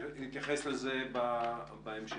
נתייחס לזה בהמשך.